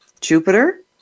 Jupiter